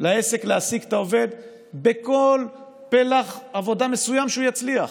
לעסק להעסיק את העובד בכל פלח עבודה מסוים שהוא יצליח,